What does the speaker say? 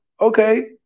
okay